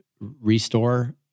restore